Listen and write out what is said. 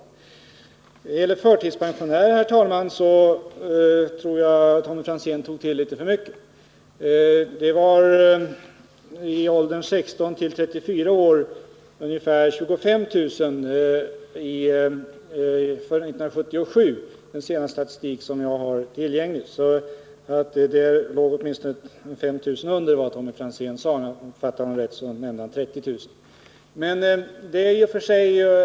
När det gäller antalet förtidspensionärer tror jag att Tommy Franzén tog till litet för mycket. Antalet sådana i åldern 16-34 år var, enligt den senaste statistik som jag har tillgänglig, 1977 ungefär 25 000. Om jag uppfattade Tommy Franzén rätt sade han att deras antal skulle vara 30 000 — i själva verket är de alltså 5 000 färre.